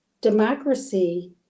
democracy